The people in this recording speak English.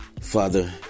Father